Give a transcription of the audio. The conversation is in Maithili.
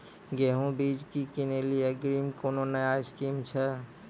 गेहूँ बीज की किनैली अग्रिम कोनो नया स्कीम छ?